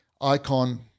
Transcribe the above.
icon